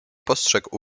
postrzegł